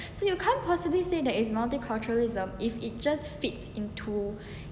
so you can't possibly say that is multiculturalism if it just fits into